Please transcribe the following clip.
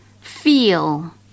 feel